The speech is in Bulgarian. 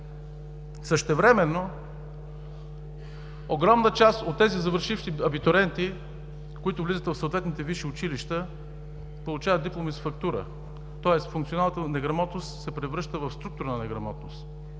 Същевременно огромна част от тези завършващи абитуриенти, които влизат в съответните висши училища, получават дипломи с фактура, тоест функционалната неграмотност се превръща в структурна неграмотност.